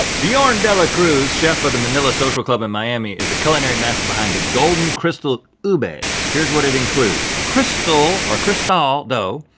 bjorn delacruz, chef of the manila social club in miami is the culinary master behind the golden cristal ube. here's what it includes crystal, or cristal dough,